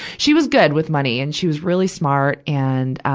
she was good with money. and she was really smart. and, ah,